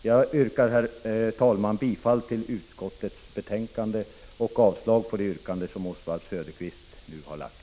Jag yrkar, herr talman, bifall till utskottets hemställan i betänkandet och avslag på det yrkande som Oswald Söderqvist ställt.